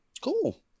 cool